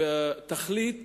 בתכלית